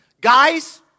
Guys